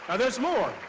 ah there's more.